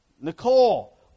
Nicole